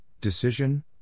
decision